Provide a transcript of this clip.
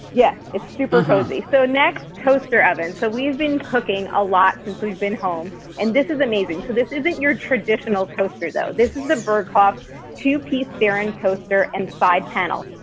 yes, it's super cozy. so next, toaster oven. so we've been cooking a lot since we've been home and this is amazing. so this isn't your traditional toaster though. this is the berghoff two piece seran toaster and side panel.